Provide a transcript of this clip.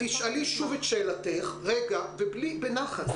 --- תשאלי שוב את שאלתך, בנחת, אני